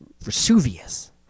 Vesuvius